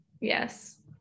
yes